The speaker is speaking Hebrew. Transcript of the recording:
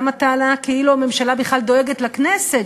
גם הטענה כאילו הממשלה בכלל דואגת לכנסת,